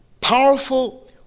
powerful